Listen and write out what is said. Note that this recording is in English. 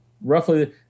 roughly